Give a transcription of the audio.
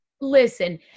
listen